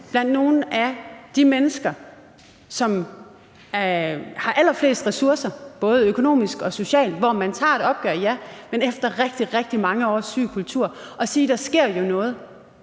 blandt nogle af de mennesker, som har allerflest ressourcer både økonomisk og socialt – og man tager et opgør, ja, men gør det efter rigtig, rigtig mange års syg kultur – og sige: Der sker jo noget.